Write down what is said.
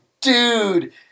dude